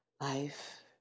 Life